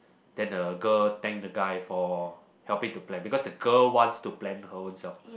then the girl thank the guy for helping to plan because the girl wants to plan her ownself